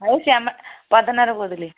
ଆଉ ସେ ଆମ ପଦନାରୁ କହୁଥିଲି